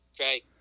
okay